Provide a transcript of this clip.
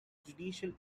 judicial